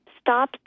stop